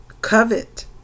covet